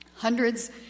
Hundreds